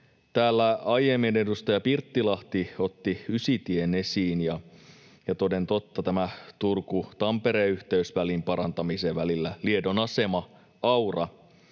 Täällä aiemmin edustaja Pirttilahti otti Ysitien esiin, ja toden totta Turku—Tampere-yhteysvälin parantamiseen välille Liedon asema — Aura